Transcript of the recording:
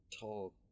tall